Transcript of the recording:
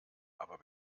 aber